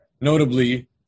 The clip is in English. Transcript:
Notably